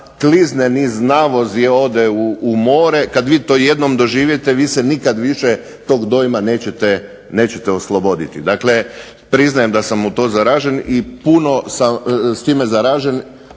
klizne niz navoz i ode u more, kad vi to jednom doživite vi se nikad više tog dojma nećete osloboditi. Dakle, priznajem da sam s time zaražen,